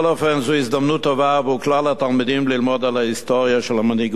זו הזדמנות טובה עבור כלל התלמידים ללמוד על ההיסטוריה של מנהיגות העם.